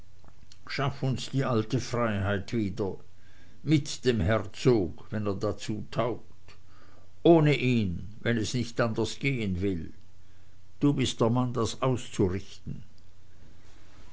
schaff uns die alte freiheit wieder mit dem herzog wenn er dazu taugt ohne ihn wenn es nicht anders gehen will du bist der mann das auszurichten